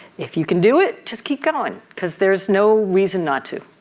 if you can do it, just keep going because there's no reason not to.